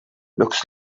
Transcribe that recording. looks